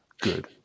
good